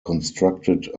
constructed